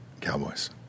Cowboys